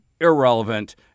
irrelevant